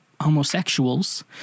homosexuals